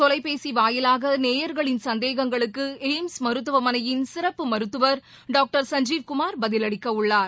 தொலைபேசி வாயிலாக நேயர்களின் சந்தேகங்களுக்கு எய்ம்ஸ் மருத்துவமனையின் சிறப்பு மருத்துவர் டாக்டர் சஞ்சீவ் குமார் பதில் அளிக்க உள்ளார்